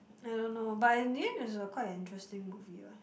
I don't know but in the end is a quite an interesting movie ah